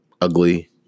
ugly